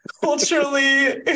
culturally